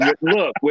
Look